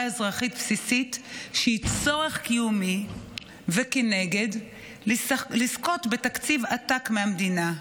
אזרחית בסיסית שהיא צורך קיומי ומנגד לזכות בתקציב עתק מהמדינה.